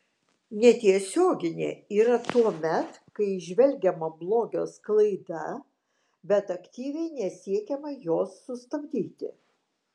netiesioginė yra tuomet kai įžvelgiama blogio sklaida bet aktyviai nesiekiama jos sustabdyti